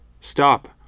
Stop